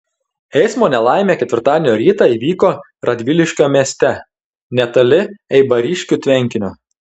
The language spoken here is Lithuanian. eismo nelaimė ketvirtadienio rytą įvyko radviliškio mieste netoli eibariškių tvenkinio